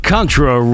Contra